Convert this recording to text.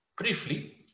briefly